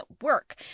work